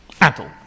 Adult